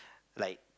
like